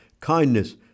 kindness